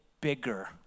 bigger